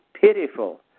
pitiful